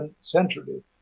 centrally